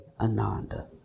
Ananda